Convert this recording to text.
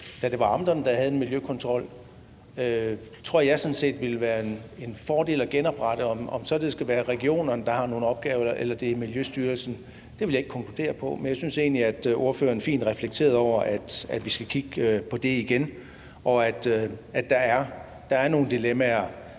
da det var amterne, der havde miljøkontrollen, tror jeg sådan set det ville være en fordel at genoprette. Om det så skal være regionerne, der har nogle opgaver dér, eller om det er Miljøstyrelsen, vil jeg ikke konkludere på. Jeg synes egentlig, at ordføreren fint reflekterede over, at vi skal kigge på det igen, og at der er nogle dilemmaer,